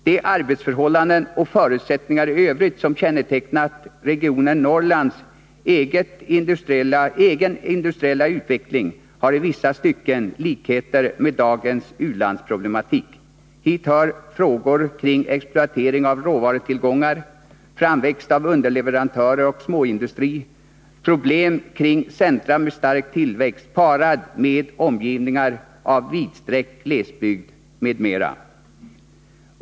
De arbetsförhållanden och andra förutsättningar som kännetecknat regionen Norrlands egen industriella utveckling har i vissa stycken likheter med dagens u-landsproblematik. Hit hör frågor kring exploatering av råvarutillgångar, framväxt av underleverantörer och småindustri, parat med problem kring centra i stark tillväxt som omges av vidsträckt glesbygd.